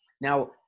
Now